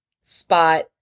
spot